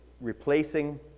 replacing